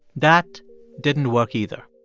that didn't work either.